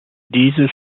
dieses